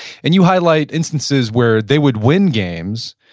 and you highlight instances where they would win games,